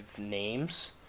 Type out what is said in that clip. names